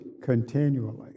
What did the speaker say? continually